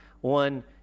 One